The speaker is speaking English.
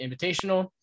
invitational